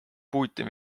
putin